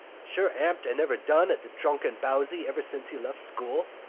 sure, amn't i never done at the drunken bowsy ever since he left school?